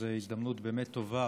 זו הזדמנות באמת טובה